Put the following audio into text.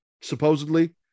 supposedly